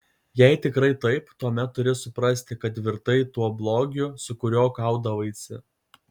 jei tikrai taip tuomet turi suprasti kad virtai tuo blogiu su kuriuo kaudavaisi